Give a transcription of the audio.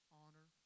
honor